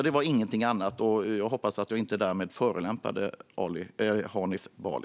Det var inget annat jag menade, och jag hoppas att jag inte därmed förolämpade Hanif Bali.